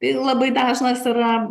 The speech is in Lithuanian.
labai dažnas yra